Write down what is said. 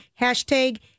hashtag